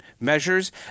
measures